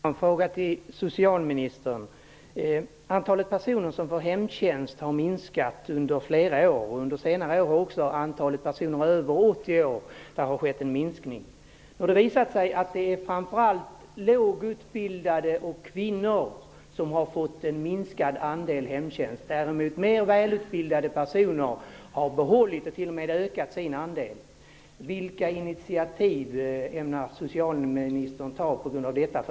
Herr talman! Jag har en fråga till socialministern. Antalet personer som får hemtjänst har minskat under flera år. Under senare år har det skett en minskning också bland människor över 80 år. Det visar sig att det framför allt är lågutbildade och kvinnor som har fått mindre hemtjänst. Välutbildade personer har däremot fått hemtjänst i bibehållen och t.o.m. ökad omfattning. Vilka initiativ ämnar socialministern vidta på grund av detta?